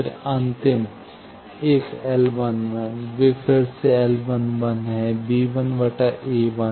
फिर अंतिम एक L11 वे फिर से L11 हैं b1 a1